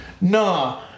nah